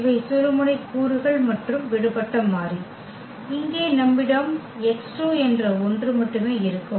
இவை சுழுமுனை கூறுகள் மற்றும் விடுபட்ட மாறி இங்கே நம்மிடம் x 2 என்ற ஒன்று மட்டுமே இருக்கும்